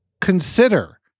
consider